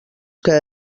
que